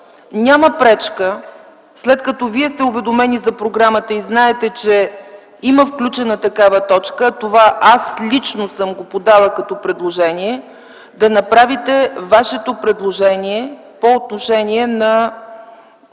Няма пречка след като сте уведомени за програмата и знаете, че има включена такава точка, а това аз лично съм подала като предложение, да направите вашето предложение по отношение на